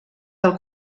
del